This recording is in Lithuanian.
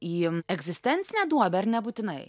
į egzistencinę duobę ar nebūtinai